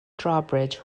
drawbridge